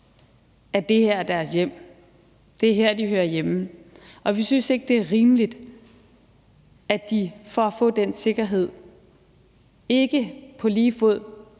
at det her er deres hjem, at det er her, de hører hjemme. Vi synes ikke, det er rimeligt, at de for at få den sikkerhed ikke på lige fod